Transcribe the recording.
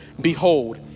Behold